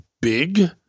big